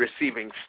receiving